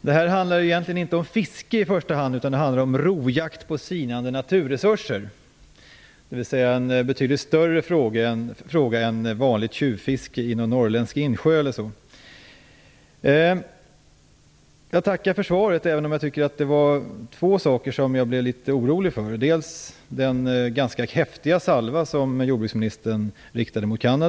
Det här handlar egentligen inte om fiske i första hand, utan det handlar om rovjakt på sinande naturresurser. Det är alltså en betydligt större fråga än vanligt tjuvfiske i någon norrländsk insjö. Jag tackar för svaret. Det var två saker som jag blev litet orolig för. Det ena var den ganska häftiga salva som jordbruksministern riktade mot Kanada.